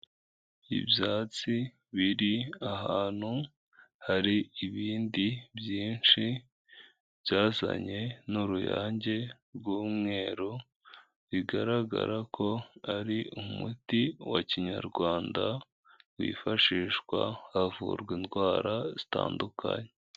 Ibyatsi biri ahantu hari ibindi byinshi byazanye n'uruyange rw'umweru bigaragara ko ari umuti wa kinyarwanda wifashishwa havurwa indwara zitandukanye.